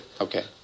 Okay